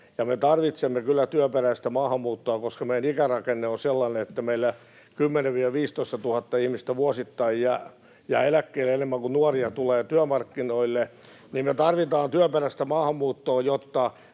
Me tarvitsemme kyllä työperäistä maahanmuuttoa, koska meidän ikärakenne on sellainen, että meillä vuosittain 10 000—15 000 ihmistä enemmän jää eläkkeelle kuin nuoria tulee työmarkkinoille. Me tarvitaan työperäistä maahanmuuttoa, jotta